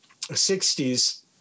60s